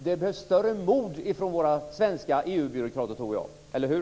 Det krävs större mod från våra svenska EU-byråkrater, eller hur?